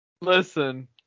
Listen